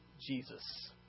Jesus